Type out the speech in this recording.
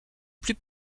plus